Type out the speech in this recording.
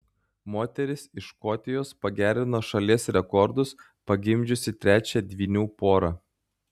moteris iš škotijos pagerino šalies rekordus pagimdžiusi trečią dvynių porą